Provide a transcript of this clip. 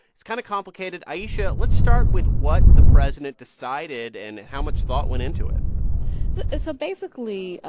it's kind of complicated. ayesha, let's start with what the president decided and how much thought went into it so so basically,